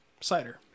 cider